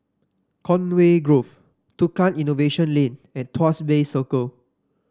Conway Grove Tukang Innovation Lane and Tuas Bay Circle